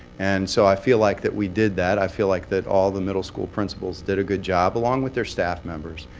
and so i feel like that we did that. i feel like that all the middle school principals did a good job, along with their staff members.